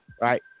Right